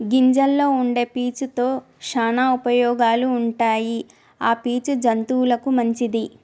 గింజల్లో వుండే పీచు తో శానా ఉపయోగాలు ఉంటాయి ఆ పీచు జంతువులకు మంచిది